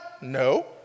no